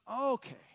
okay